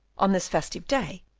on this festive day,